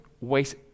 waste